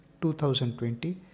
2020